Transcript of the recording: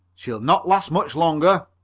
she'll not last much longer!